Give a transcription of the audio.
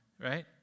Right